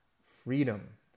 freedom